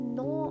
no